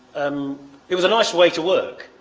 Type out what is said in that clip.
um it was a nice way to work.